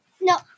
no